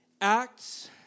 Acts